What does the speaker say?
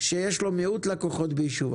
שיש לו מיעוט לקוחות בישוב,